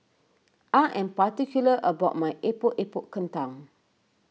I am particular about my Epok Epok Kentang